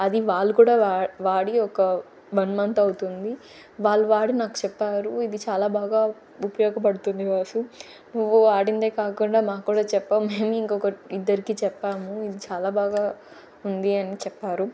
అది వాళ్ళు కూడా వాడి ఒక వన్ మంత్ అవుతుంది వాళ్ళు వాడి నాకు చెప్పారు ఇది చాలా బాగా ఉపయోగపడుతుంది వాసు నువ్వు వాడిందే కాకుండా మాక్కూడా చెప్పావ్ మేమ్ ఇంకొక ఇద్దరికి చెప్పాము ఇది చాలా బాగా ఉంది అని చెప్పారు